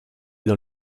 dans